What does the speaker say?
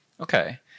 Okay